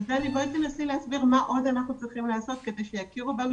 אז דני בואי תנסי להסביר מה עוד אנחנו צריכים לעשות כדי שיכירו בנו